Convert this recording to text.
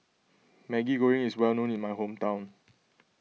Maggi Goreng is well known in my hometown